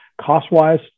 Cost-wise